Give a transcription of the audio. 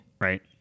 right